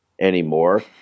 anymore